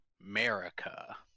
America